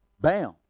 bam